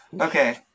Okay